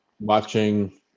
watching